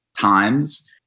times